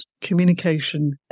communication